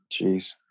Jeez